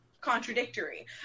contradictory